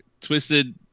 twisted